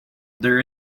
there